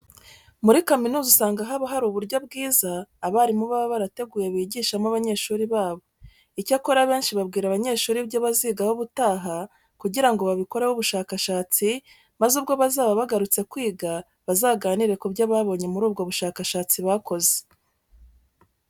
Muri kaminuza usanga haba hari uburyo bwiza abarimu baba barateguye bigishamo abanyeshuri babo. Icyakora abenshi babwira abanyeshuri ibyo bazigaho ubutaha kugira ngo babikoraho ubushakashatsi maze ubwo bazaba bagarutse kwiga bazaganire ku byo babonye muri ubwo bushakashatsi bakoze.